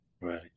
Right